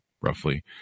roughly